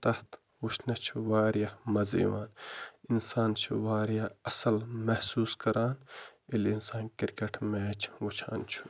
تتھ وٕچھنَس چھُ واریاہ مَزٕ یِوان اِنسان چھِ واریاہ اَصٕل محسوٗس کران ییٚلہِ اِنسان کِرکَٹ میچ وٕچھان چھُ